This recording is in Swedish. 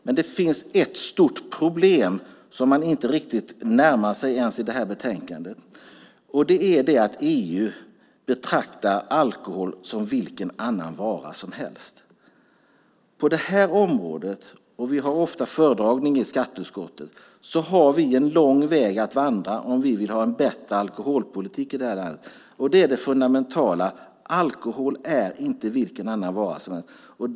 Men det finns ett stort problem som man inte riktigt närmar sig i betänkandet, nämligen att EU betraktar alkohol som vilken annan vara som helst. På det här området - vi har ofta föredragning i skatteutskottet - har vi en lång väg att vandra om vi vill ha en bättre alkoholpolitik i det här landet. Det fundamentala är att alkohol inte är vilken vara som helst.